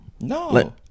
no